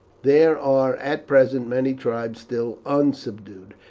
there are at present many tribes still unsubdued,